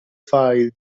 file